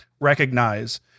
recognize